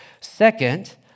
Second